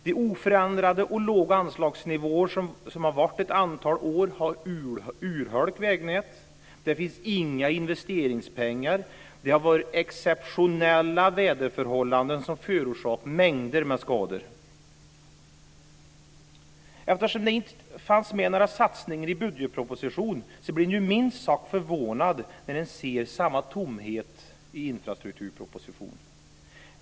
De oförändrade och låga anslagsnivåer som har varit ett antal år har urholkat vägnätet. Det finns inga investeringspengar. Det har också rått exceptionella väderförhållanden som har förorsakat mängder med skador. Eftersom det inte fanns med några satsningar i budgetpropositionen så blir man minst sagt förvånad när man ser samma tomhet i infrastrukturpropositionen.